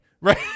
right